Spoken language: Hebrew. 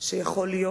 שיכול להיות.